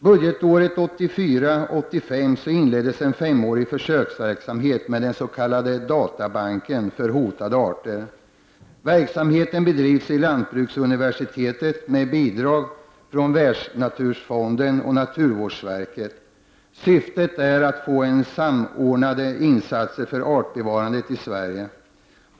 Budgetåret 1984/85 inleddes en femårig försöksverksamhet med den s.k. databanken för hotade arter. Verksamheten bedrivs vid lantbruksuniversitetet med bidrag från Världsnaturfonden och naturvårdsverket. Syftet är att få samordnade insatser för artbevarandet i Sverige.